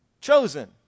chosen